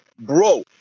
bro